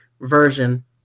version